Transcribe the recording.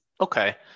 Okay